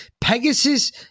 Pegasus